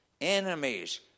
Enemies